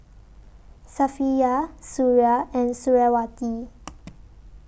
Safiya Suria and Suriawati